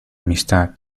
amistad